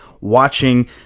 watching